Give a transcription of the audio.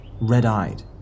red-eyed